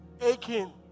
aching